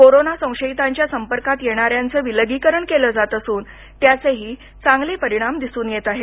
corona संशयितांच्या संपर्कात येणाऱ्या येणाऱ्यांचं विलगीकरण केलं जात असून त्याचेही चांगले परिणाम दिसून येत आहेत